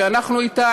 ואנחנו איתה,